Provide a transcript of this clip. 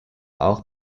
auch